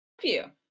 Phew